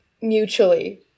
mutually